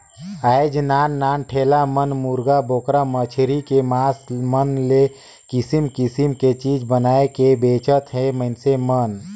आयज नान नान ठेला मन मुरगा, बोकरा, मछरी के मास मन ले किसम किसम के चीज बनायके बेंचत हे मइनसे मन